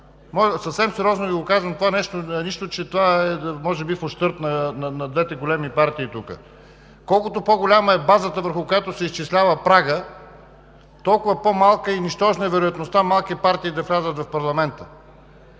Съвсем сериозно Ви го казвам, нищо, че това е може би в ущърб на двете големи партии тук. Колкото по-голяма е базата, върху която се изчислява прагът, толкова по-малка и нищожна е вероятността малки партии да влязат в парламента.